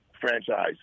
franchise